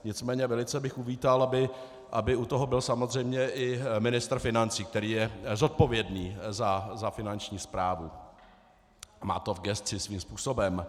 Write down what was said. Nicméně velice bych uvítal, aby u toho byl samozřejmě i ministr financí, který je zodpovědný za Finanční správu, má to v gesci svým způsobem.